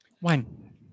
one